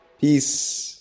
peace